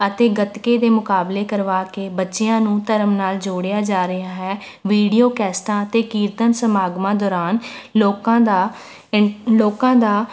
ਅਤੇ ਗੱਤਕੇ ਦੇ ਮੁਕਾਬਲੇ ਕਰਵਾ ਕੇ ਬੱਚਿਆਂ ਨੂੰ ਧਰਮ ਨਾਲ ਜੋੜਿਆ ਜਾ ਰਿਹਾ ਹੈ ਵੀਡੀਓ ਕੈਸ਼ਟਾਂ ਅਤੇ ਕੀਰਤਨ ਸਮਾਗਮਾਂ ਦੌਰਾਨ ਲੋਕਾਂ ਦਾ ਇਨਟ ਲੋਕਾਂ ਦਾ